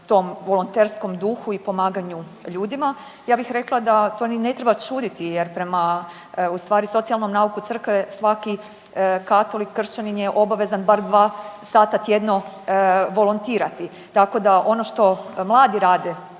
tom volonterskom duhu i pomaganju ljudima. Ja bih rekla da to ni ne treba čuditi jer prema u stvari socijalnom nauku crkve svaki katolik kršćanin je obavezan bar 2 sata tjedno volontirati. Tako da ono što mladi rade